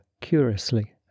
curiously